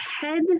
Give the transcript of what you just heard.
head